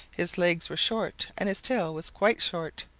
his legs were short and his tail was quite short,